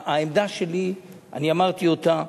העמדה שלי, אני אמרתי אותה,